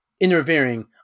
interfering